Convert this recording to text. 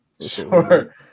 Sure